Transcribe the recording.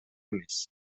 эмес